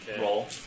roll